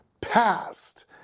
past